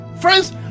friends